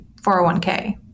401k